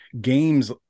Games